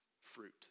fruit